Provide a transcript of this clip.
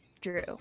Drew